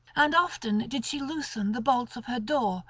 and often did she loosen the bolts of her door,